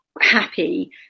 happy